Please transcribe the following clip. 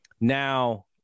Now